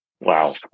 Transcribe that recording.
Wow